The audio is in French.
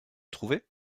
trouvés